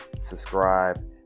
subscribe